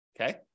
Okay